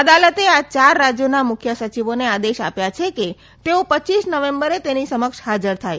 અદાલતે આ ચાર રાજયોના મુખ્ય સચિવોને આદેશ આપ્યો છે કે તેઓ રપ નવેમ્બરે તેની સમક્ષ ફાજર થાય